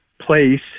place